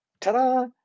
ta-da